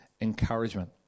encouragement